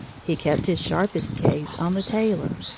he kept his sharpest gaze on the tailor,